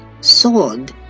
sword